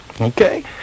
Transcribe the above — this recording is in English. okay